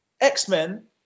x-men